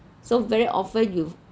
so very often you